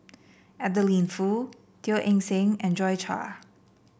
Adeline Foo Teo Eng Seng and Joi Chua